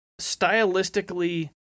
stylistically